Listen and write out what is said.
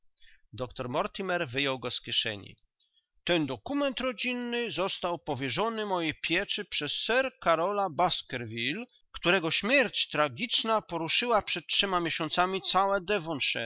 doktor mortimer wyjął go z kieszeni ten dokument rodzinny został powierzony mojej pieczy przez sir karola baskerville którego śmierć tragiczna poruszyła przed trzema miesiącami